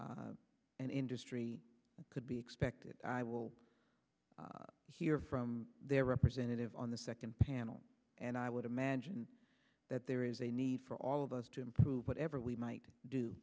an industry could be expected i will hear from their representative on the second panel and i would imagine that there is a need for all of us to improve whatever we might do